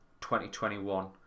2021